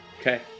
okay